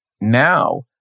now